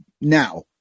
Now